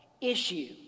issue